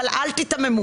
אבל אל תיתממו.